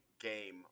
game